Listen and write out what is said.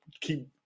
keep